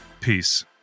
Peace